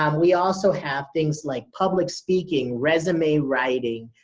um we also have things like public speaking, resume writing,